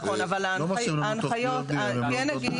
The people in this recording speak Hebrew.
נכון, אבל ההנחיות -- מוסדות